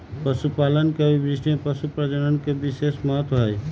पशुपालन के अभिवृद्धि में पशुप्रजनन के विशेष महत्त्व हई